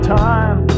time